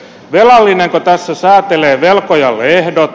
velallinenko tässä säätelee velkojalle ehdot